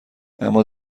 اما